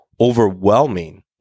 overwhelming